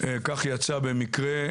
כך יצא במקרה,